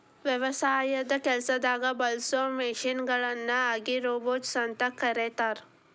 ವ್ಯವಸಾಯದ ಕೆಲಸದಾಗ ಬಳಸೋ ಮಷೇನ್ ಗಳನ್ನ ಅಗ್ರಿರೋಬೊಟ್ಸ್ ಅಂತ ಕರೇತಾರ